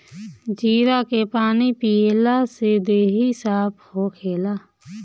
जीरा के पानी पियला से देहि साफ़ होखेला